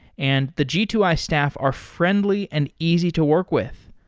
and the g two i staff are friendly and easy to work with.